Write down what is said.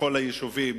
לכל היישובים